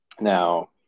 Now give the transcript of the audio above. Now